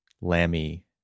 Lammy